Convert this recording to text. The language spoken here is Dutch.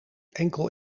enkel